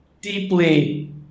deeply